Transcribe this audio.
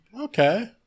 okay